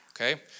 Okay